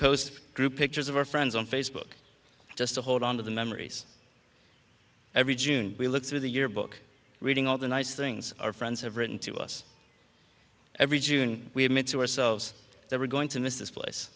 group pictures of our friends on facebook just to hold on to the memories every june we look through the year book reading all the nice things our friends have written to us every june we admit to ourselves that we're going to miss this place